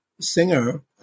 singer –